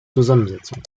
zusammensetzung